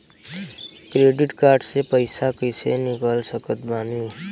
Credit card से पईसा cash निकाल सकत बानी की ना?